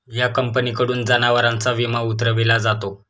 या कंपनीकडून जनावरांचा विमा उतरविला जातो